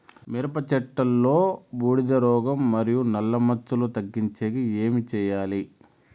మిరప చెట్టులో బూడిద రోగం మరియు నల్ల మచ్చలు తగ్గించేకి ఏమి చేయాలి?